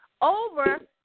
over